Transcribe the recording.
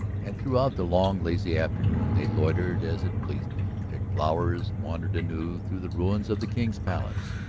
and throughout the long lazy afternoon they loitered as it pleased them, picked flowers, wandered anew through the ruins of the king's palace,